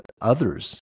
others